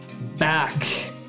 back